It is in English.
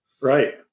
Right